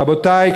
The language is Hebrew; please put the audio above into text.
רבותי,